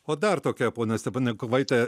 o dar tokia ponia stepanenkovaite